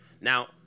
Now